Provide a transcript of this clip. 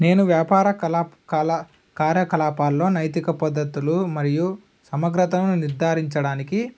నేను వ్యాపార కలా కళ కార్యకలాపాల్లో నైతిక పద్ధతులు మరియు సమగ్రతను నిర్ధారించడానికి